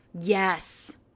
Yes